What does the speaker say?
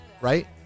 Right